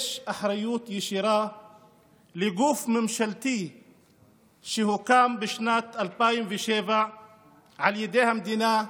יש אחריות ישירה לגוף ממשלתי שהוקם בשנת 2007 על ידי המדינה,